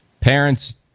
parents